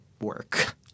work